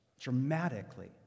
dramatically